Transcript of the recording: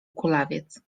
kulawiec